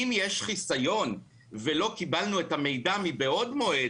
אם יש חיסיון ולא קיבלנו את המידע מבעוד מועד,